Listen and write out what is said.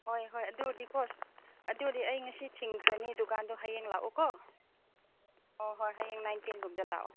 ꯍꯣꯏ ꯍꯣꯏ ꯑꯗꯨ ꯑꯣꯏꯔꯗꯤꯀꯣ ꯑꯗꯨ ꯑꯣꯏꯔꯗꯤ ꯑꯩ ꯉꯁꯤ ꯊꯤꯡꯈ꯭ꯔꯅꯤ ꯗꯨꯀꯥꯟꯗꯣ ꯍꯌꯦꯡ ꯂꯥꯛꯑꯣꯀꯣ ꯑꯣ ꯍꯣꯏ ꯍꯌꯦꯡ ꯅꯥꯏꯟ ꯇꯦꯟꯒꯨꯝꯕꯗ ꯂꯥꯛꯑꯣ